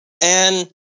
And-